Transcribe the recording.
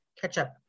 ketchup